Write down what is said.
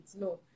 no